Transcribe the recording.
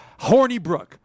Hornybrook